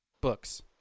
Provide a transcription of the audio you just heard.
books